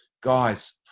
Guys